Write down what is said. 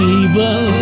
evil